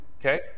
okay